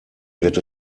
wird